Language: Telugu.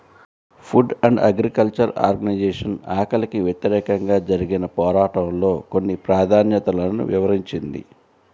ఫుడ్ అండ్ అగ్రికల్చర్ ఆర్గనైజేషన్ ఆకలికి వ్యతిరేకంగా జరిగిన పోరాటంలో కొన్ని ప్రాధాన్యతలను వివరించింది